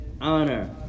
honor